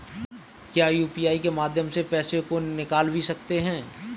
क्या यू.पी.आई के माध्यम से पैसे को निकाल भी सकते हैं?